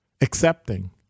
accepting